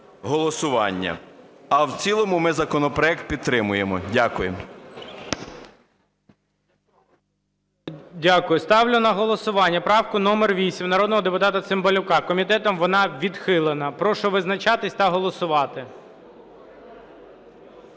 голосування. А в цілому ми законопроект підтримуємо. Дякую.